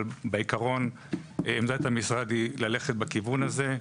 אבל בעיקרון עמדת המשרד היא ללכת בכיוון הזה.